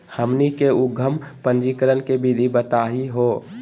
हमनी के उद्यम पंजीकरण के विधि बताही हो?